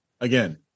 again